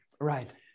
Right